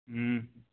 हुँ